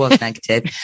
negative